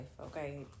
okay